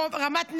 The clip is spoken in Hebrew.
רמת נגב.